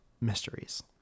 Mysteries